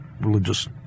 religious